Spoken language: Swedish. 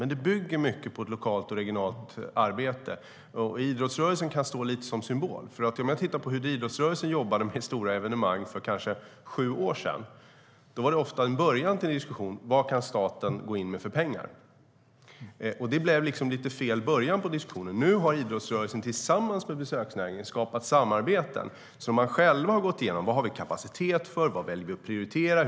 Men det bygger mycket på ett lokalt och regionalt arbete. Idrottsrörelsen kan stå lite som symbol. Om man tittar på hur idrottsrörelsen jobbade med stora evenemang för kanske sju år sedan var ofta början i diskussionen: Vad kan staten gå in med för pengar? Det blev lite fel början på diskussionen. Nu har idrottsrörelsen tillsammans med besöksnäringen skapat samarbeten. De har själva gått igenom: Vad har vi kapacitet för? Vad väljer vi att prioritera?